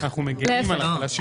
להיפך.